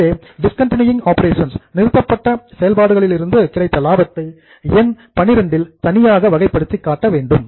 எனவே discontinuing operations நிறுத்தப்பட்ட செயல்பாடுகளிலிருந்து கிடைத்த லாபத்தை எண் XII இல் தனியாக வகைப்படுத்தி காட்ட வேண்டும்